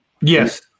Yes